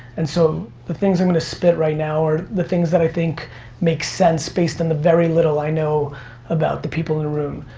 and so the things i'm gonna spin right now are the things that i think make sense based on and the very little i know about the people in the room.